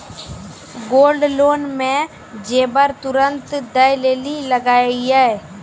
Gold loan मे जेबर तुरंत दै लेली लागेया?